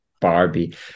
Barbie